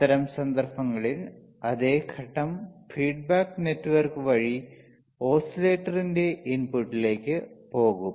അത്തരം സന്ദർഭങ്ങളിൽ അതേ ഘട്ടം ഫീഡ്ബാക്ക് നെറ്റ്വർക്ക് വഴി ഓസിലേറ്ററിന്റെ ഇൻപുട്ടിലേക്ക് പോകും